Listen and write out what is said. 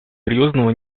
серьезного